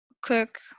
cook